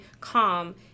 calm